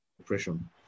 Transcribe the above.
oppression